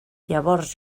llavors